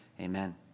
Amen